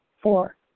Four